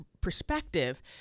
perspective